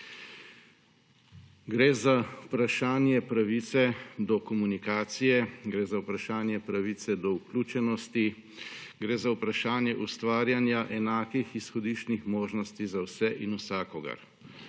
Gre za vprašanje pravice do komunikacije, gre za vprašanje pravice do vključenosti, gre za vprašanje ustvarjanja enakih izhodiščnih možnosti za vse in vsakogar.